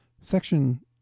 Section